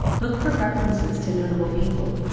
look for references to notable people,